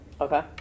Okay